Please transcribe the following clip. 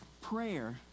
prayer